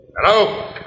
Hello